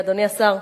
אדוני השר,